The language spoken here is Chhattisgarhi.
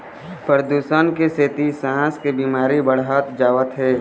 परदूसन के सेती सांस के बिमारी बाढ़त जावत हे